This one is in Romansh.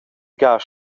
gadas